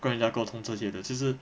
跟人家沟通这些的就是